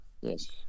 Yes